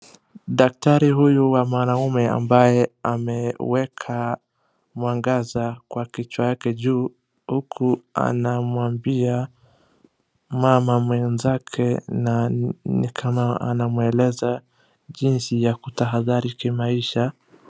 Daktari huyu wa mwanaume ambaye ameweka mwangaza kwa kichwa yake juu, huku anamwambia mama mwenzake na ni kama anamueleza jinsi ya kutahadhari kimaisha.